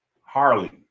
Harley